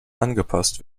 angepasst